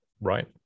right